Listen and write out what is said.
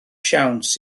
siawns